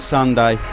Sunday